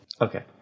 Okay